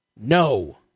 No